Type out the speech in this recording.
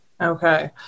Okay